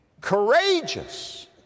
courageous